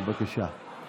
בבקשה.